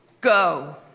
go